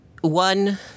one